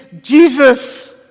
Jesus